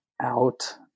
out